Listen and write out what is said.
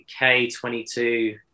K22